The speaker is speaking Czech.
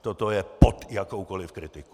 Toto je pod jakoukoli kritiku!